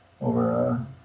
over